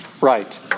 right